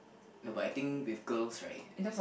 no but I think with girls right